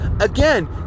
again